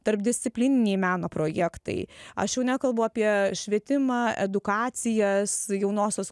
tarpdisciplininiai meno projektai aš jau nekalbu apie švietimą edukacijas jaunosios